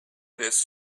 this